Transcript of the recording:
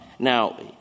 Now